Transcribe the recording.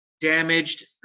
damaged